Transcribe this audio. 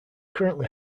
currently